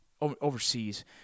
Overseas